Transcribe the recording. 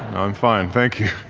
i'm fine, thank you.